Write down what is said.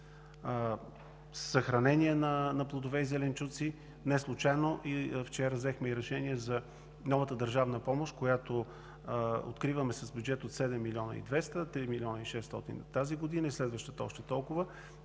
съхранение на плодове и зеленчуци. Неслучайно вчера взехме и решение за новата държавна помощ, която откриваме с бюджет от 7 млн. и 200 хил. – 3 млн. и 600 хил. тази година и следващата още толкова,